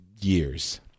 years